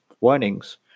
warnings